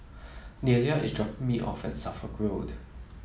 Nelia is dropping me off at Suffolk Road